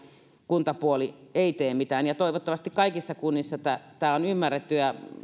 kuntapuoli ei tee mitään toivottavasti kaikissa kunnissa tämä tämä on ymmärretty ja